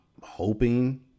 hoping